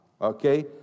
okay